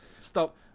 Stop